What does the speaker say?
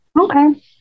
Okay